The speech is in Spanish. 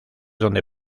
donde